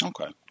Okay